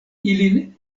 ilin